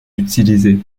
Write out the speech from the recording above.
utilisé